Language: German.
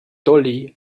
dolly